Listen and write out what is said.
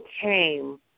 came